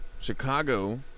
Chicago